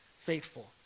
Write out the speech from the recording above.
faithful